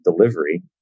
delivery